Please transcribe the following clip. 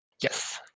Yes